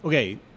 Okay